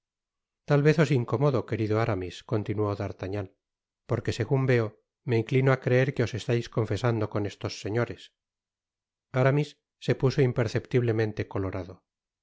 tal vez os incomodo querido aramis continuó d'artagnan porque segun veo me inclino á creer que os estais confesando con estos señores aramis se puso imperceptiblemente colorado